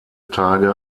tage